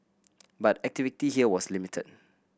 but activity here was limited